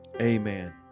amen